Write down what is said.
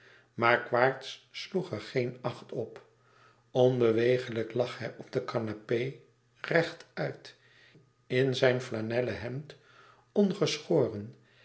maar quaerts sloeg er geen acht op onbewegelijk lag hij op de canapé rechtuit in zijn flanellen hemd